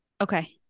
Okay